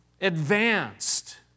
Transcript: advanced